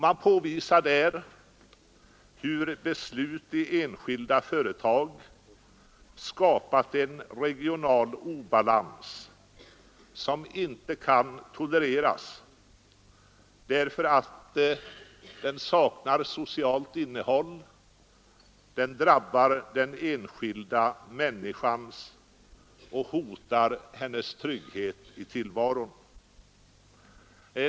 Man påvisar hur beslut i enskilda företag skapat en regional obalans som inte kan tolereras, därför att den saknar socialt innehåll, drabbar den enskilda människan och hotar hennes trygghet i tillvaron.